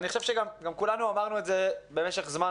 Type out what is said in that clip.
אני חושב שגם כולנו אמרנו את זה במשך זמן